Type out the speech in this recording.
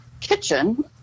kitchen